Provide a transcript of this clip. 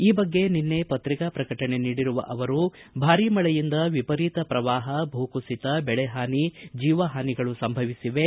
ಈ ಬಗ್ಗೆ ನಿನ್ನೆ ಪತ್ರಿಕಾ ಪ್ರಕಟಣೆ ನೀಡಿರುವ ಅವರು ಭಾರೀ ಮಳೆಯಿಂದ ವಿಪರೀತ ಪ್ರವಾಪ ಭೂ ಕುಸಿತ ಬೆಳೆಹಾನಿ ಜೀವಹಾನಿಗಳು ಸಂಭವಿಸಿವೆ